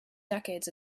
decades